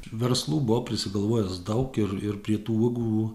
verslų buvau prisigalvojęs daug ir ir prie tų uogų